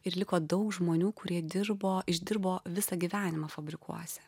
ir liko daug žmonių kurie dirbo išdirbo visą gyvenimą fabrikuose